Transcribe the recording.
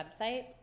website